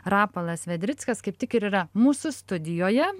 rapolas vedrickas kaip tik ir yra mūsų studijoje